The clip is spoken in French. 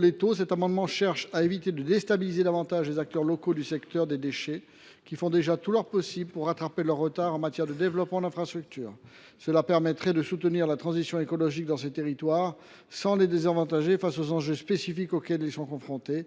des taux, nous cherchons à éviter de déstabiliser davantage les acteurs locaux du secteur des déchets, qui font déjà tout leur possible pour rattraper leur retard en matière de développement d’infrastructures. Ce gel permettrait de soutenir la transition écologique dans ces territoires sans les désavantager face aux enjeux spécifiques auxquels ils sont confrontés,